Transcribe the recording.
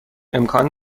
امکان